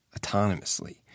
autonomously